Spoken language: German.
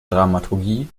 dramaturgie